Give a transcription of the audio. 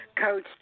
Coach